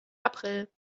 april